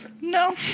No